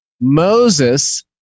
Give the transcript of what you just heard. Moses